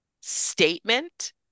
statement